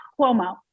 Cuomo